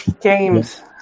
games